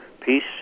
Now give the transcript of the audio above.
Peace